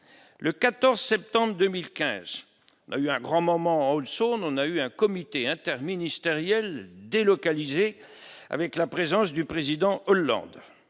le 14 septembre 2015, a eu un grand moment Olson, on a eu un comité interministériel délocalisé, avec la présence du président Hollande